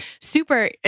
super